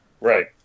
Right